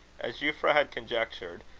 as euphra had conjectured,